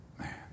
Man